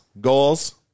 Goals